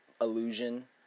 illusion